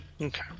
Okay